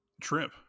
trip